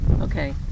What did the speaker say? okay